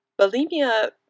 bulimia